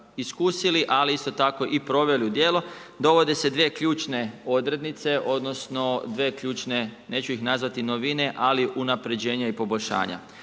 iskusili ali isto tako i proveli u djelo, dovode se dvije ključne odrednice odnosno dvije ključne, neću ih nazvati novine ali unapređenja i poboljšanja.